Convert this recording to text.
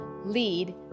lead